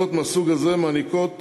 הכרזות מהסוג הזה מעניקות